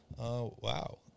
Wow